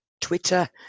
Twitter